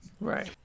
right